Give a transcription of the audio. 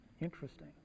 interesting